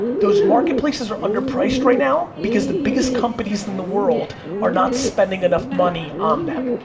those marketplaces are underpriced right now because the biggest companies in the world are not spending enough money on them.